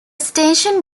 station